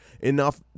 enough